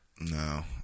No